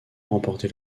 remporté